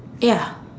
ya